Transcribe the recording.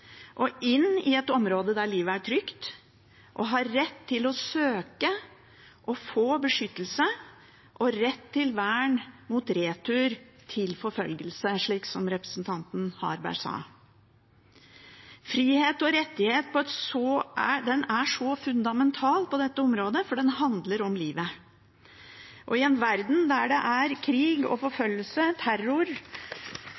og inn i et område der livet er trygt, ha rett til å søke og få beskyttelse og rett til vern mot retur til forfølgelse, slik representanten Harberg sa. Frihet og rettigheter er så fundamentalt på dette området, for det handler om livet. I en verden der det er krig og